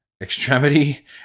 Extremity